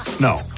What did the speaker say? No